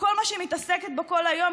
שכל מה שהיא מתעסקת בו כל היום,